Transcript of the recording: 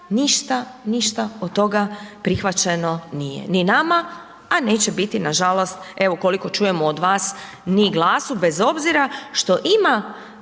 ništa, ništa od toga prihvaćeno nije. Ni nama, a neće biti nažalost, evo koliko čujemo od vas, ni GLAS-u bez obzira što ima